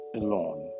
alone